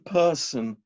person